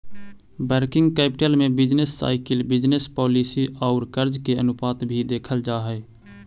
working capital में business cycle business policy औउर कर्ज के अनुपात भी देखल जा हई